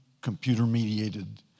computer-mediated